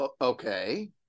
Okay